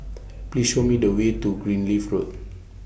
Please Show Me The Way to Greenleaf Road